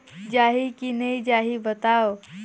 जाही की नइ जाही बताव?